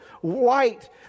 White